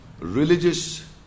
religious